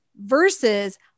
versus